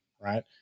right